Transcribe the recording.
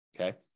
Okay